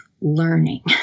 learning